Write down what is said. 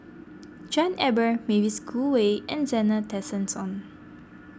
John Eber Mavis Khoo Oei and Zena Tessensohn